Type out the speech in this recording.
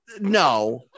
no